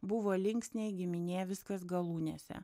buvo linksniai giminė viskas galūnėse